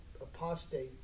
apostate